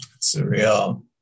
surreal